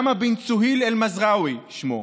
שאמה בנת סוהיל אלמצרווי שמו.